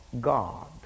God